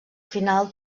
final